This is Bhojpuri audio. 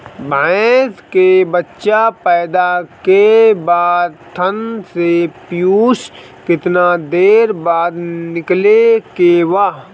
भैंस के बच्चा पैदा के बाद थन से पियूष कितना देर बाद निकले के बा?